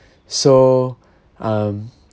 so um